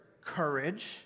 Courage